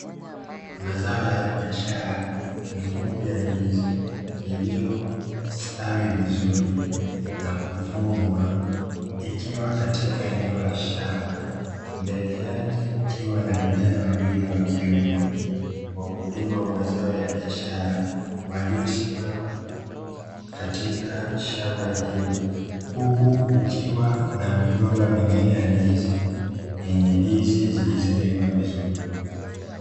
Mazao ya biashara mikungu ya ndizi iliyostawi vizuri na kuvunwa ikiwa katika eneo la shamba mbele yake kukiwa kuna vijana wawili wakiume, wakulima wa mazao ya biashara waliosimama katika shamba hilo huku kukiwa na migomba mingine ya ndizi yenye ndizi zilizoiva vizuri.